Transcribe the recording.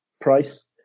price